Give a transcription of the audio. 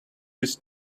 his